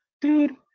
dude